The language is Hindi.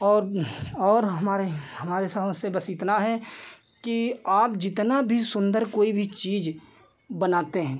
और और हमारे हमारी समझ से बस इतना है कि आप जितना भी सुन्दर कोई भी चीज़ बनाते हैं